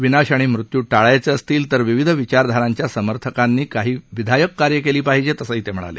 विनाश आणि मृत्यू टाळायचे असतील तर विविध विचारधारांच्या समर्थकांनी काही विधायक कार्य केली पाहिजेत असंही ते म्हणाले